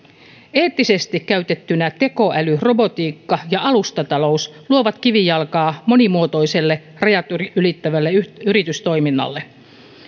eettisesti käytettynä tekoälyrobotiikka ja alustatalous luovat kivijalkaa monimuotoiselle rajat ylittävälle yritystoiminnalle